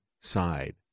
side